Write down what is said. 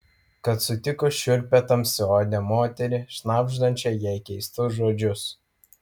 kad sutiko šiurpią tamsiaodę moterį šnabždančią jai keistus žodžius